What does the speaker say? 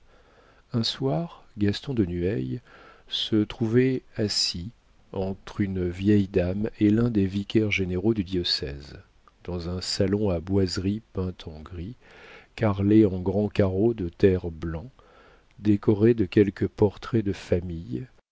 un soir gaston de nueil se trouvait assis entre une vieille dame et l'un des vicaires généraux du diocèse dans un salon à boiseries peintes en gris carrelé en grands carreaux de terre blancs décoré de quelques portraits de famille